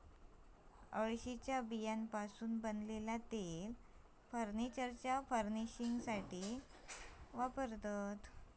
अळशीच्या बियांपासना बनलेला तेल फर्नीचरच्या फर्निशिंगसाथी वापरतत